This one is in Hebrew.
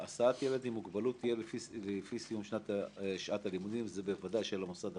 "הסעת ילד עם מוגבלות תהיה לפי סיום שעת הלימודים של מוסד החינוך"